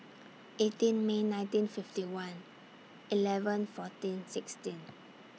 eighteen May nineteen fifty one eleven fourteen sixteen